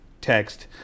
text